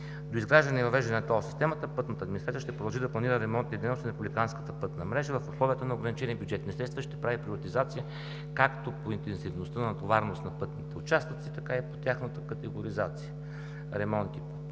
До изграждане и въвеждане на тол системата пътната администрация ще продължи да планира ремонтните дейности на републиканската пътна мрежа в условията на ограничени бюджетни средства и ще прави приоритизация както по интензивността и натовареност на пътните участъци, така и по тяхната категоризация – ремонти по